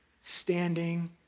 standing